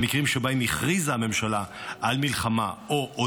במקרים שבהם הכריזה הממשלה על מלחמה או